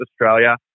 Australia